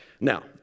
Now